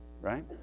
right